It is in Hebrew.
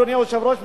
אדוני היושב-ראש,